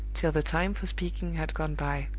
till the time for speaking had gone by.